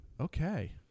Okay